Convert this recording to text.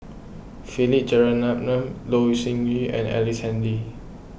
Philip Jeyaretnam Loh Sin Yun and Ellice Handy